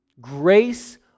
grace